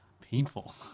Painful